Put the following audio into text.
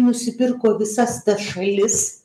nusipirko visas šalis